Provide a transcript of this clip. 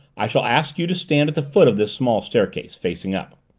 i shall ask you to stand at the foot of the small staircase, facing up.